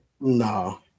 No